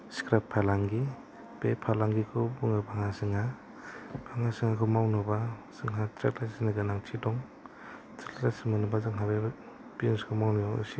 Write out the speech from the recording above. सिक्राब फालांगि बे फालांगिखौ बुङोबा जोंहा मावनोबा जोंहा थ्रेद लाइसेनसनि गोनांथि दं थ्रेद लाइसेनस मोनोबा जोंहा बिजिनेसखौ मावनायाव एसे